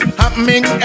happening